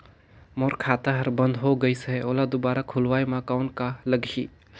मोर खाता हर बंद हो गाईस है ओला दुबारा खोलवाय म कौन का लगही?